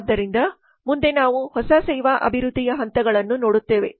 ಆದ್ದರಿಂದ ಮುಂದೆ ನಾವು ಹೊಸ ಸೇವಾ ಅಭಿವೃದ್ಧಿಯ ಹಂತಗಳನ್ನು ನೋಡುತ್ತೇವೆ